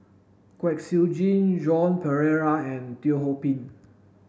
Kwek Siew Jin Joan Pereira and Teo Ho Pin